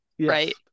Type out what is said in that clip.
right